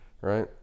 right